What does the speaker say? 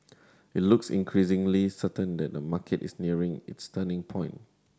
it looks increasingly certain that the market is nearing its turning point